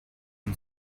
and